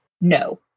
No